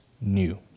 new